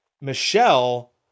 Michelle